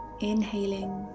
inhaling